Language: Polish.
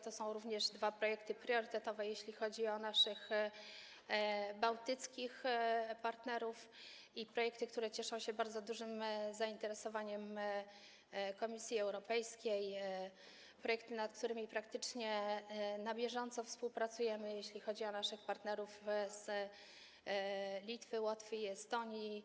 To są również dwa projekty priorytetowe, jeśli chodzi o naszych bałtyckich partnerów, i projekty, które cieszą się bardzo dużym zainteresowaniem Komisji Europejskiej, projekty, przy których praktycznie na bieżąco współpracujemy, jeśli chodzi o naszych partnerów z Litwy, Łotwy i Estonii.